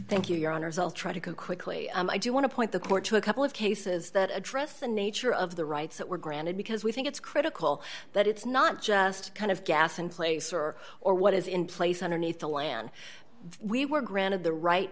thank you your honor as i'll try to go quickly i do want to point the court to a couple of cases that address the nature of the rights that were granted because we think it's critical that it's not just kind of gas in place or or what is in place underneath the land we were granted the right